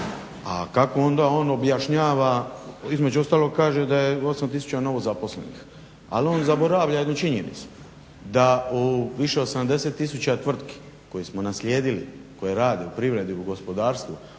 A kako onda on objašnjava, između ostalog kaže da je 8000 novozaposlenih, ali on zaboravlja jednu činjenicu, da u više od 70 000 tvrtki koje smo naslijedili, koje rade u privredi, u gospodarstvu,